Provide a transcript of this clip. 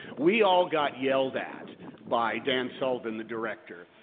we all got yelled at by dan sullivan, the director.